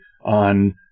on